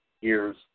years